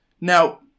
Now